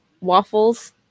waffles